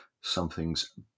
something's